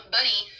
Bunny